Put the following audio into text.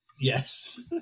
yes